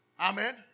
Amen